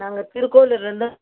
நாங்கள் திருக்கோவிலூரிலருந்து